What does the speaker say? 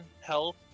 health